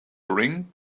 ring